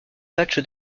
match